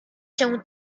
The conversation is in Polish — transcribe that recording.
się